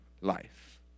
life